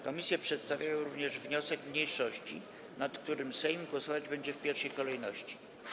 Komisje przedstawiają również wniosek mniejszości, nad którym Sejm głosować będzie w pierwszej kolejności.